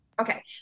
Okay